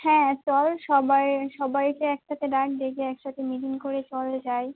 হ্যাঁ চল সবাই সবাইকে একসাথে ডাক ডেকে একসাথে মিটিং করে চল যাই